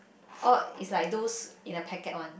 or is like those in a packet one